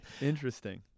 Interesting